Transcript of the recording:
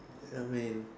I mean